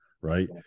right